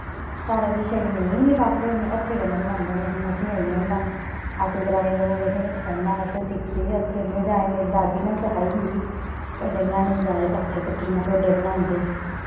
सारा किश नेईं लफाफे हत्थै कन्नै बनान्ने होन्ने असें गी आई जंदा अस ग्राईं लोग हत्थै कन्नै असें लिक्खी दी गै हत्थै कन्नै जाच मेरी दीदी ने सखाई मिगी ढोडे बनाने दी जाच हत्थै पर कियां ढोडे बनांदे